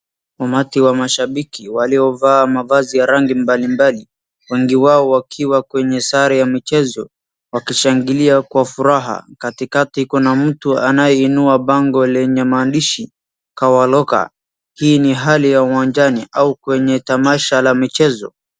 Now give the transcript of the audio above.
umati wa mashabiki waliovaa mavazi ya rangi mbalimbali wengi wao wakiwa kwenye sare ya michezo wakishangili kwa furaha katikati kuna mtu ambaye bango lenye maandishi khwakola hii ni hali ya uwanjani au kwenye tamasha la michezo